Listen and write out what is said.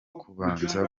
kubanza